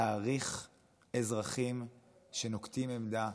להעריך אזרחים שנוקטים עמדה.